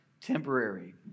temporary